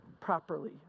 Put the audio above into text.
properly